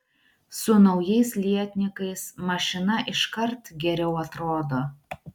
su naujais lietnykais mašina iškart geriau atrodo